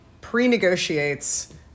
pre-negotiates